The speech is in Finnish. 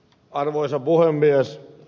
arvoisa puhemies